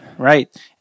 Right